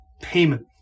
payment